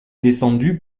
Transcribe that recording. descendu